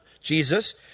Jesus